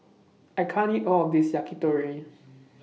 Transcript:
I can't eat All of This Yakitori